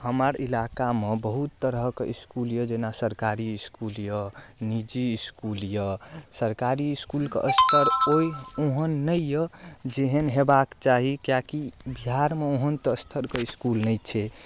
हमर इलाकामे बहुत तरहक इसकुल यऽ जेना सरकारी इसकुल यऽ निजी इसकुल यऽ सरकारी इसकुलके स्तर ओहन नहि यऽ जेहन हेबाक चाही किएक कि बिहारमे ओहन स्तरके इसकुल नहि छै